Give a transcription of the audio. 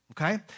Okay